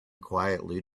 quietly